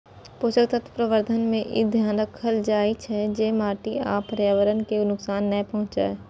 पोषक तत्व प्रबंधन मे ई ध्यान राखल जाइ छै, जे माटि आ पर्यावरण कें नुकसान नै पहुंचै